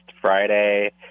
Friday